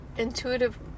Intuitive